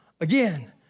Again